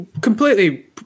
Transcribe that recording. completely